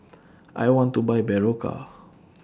I want to Buy Berocca